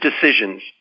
decisions